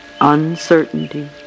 Uncertainty